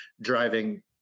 driving